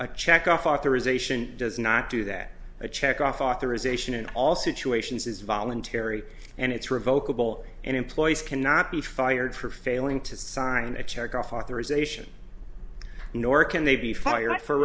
a check off authorization does not do that a check off authorization in all situations is voluntary and it's revokable and employees cannot be fired for failing to sign a check off authorization nor can they be fired for